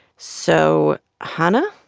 so, hanna,